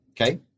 Okay